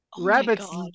Rabbits